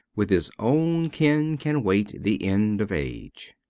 with his own kin can wait the end of age.